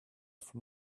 from